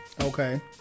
Okay